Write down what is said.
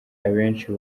abenshi